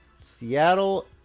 Seattle